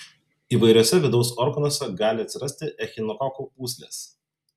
įvairiuose vidaus organuose gali atsirasti echinokokų pūslės